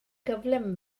gyflym